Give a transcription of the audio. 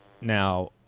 Now